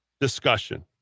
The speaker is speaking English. discussion